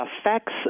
affects